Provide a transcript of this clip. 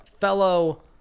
fellow